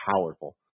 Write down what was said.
powerful